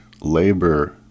labor